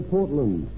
Portland